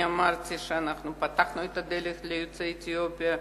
אני אמרתי שאנחנו פתחנו את הדלת ליוצאי אתיופיה.